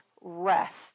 rest